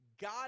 God